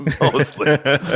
mostly